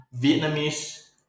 Vietnamese